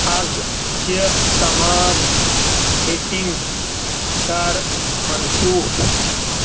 ازچہ تمام میٹینگ کر منسوٗخ